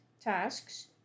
tasks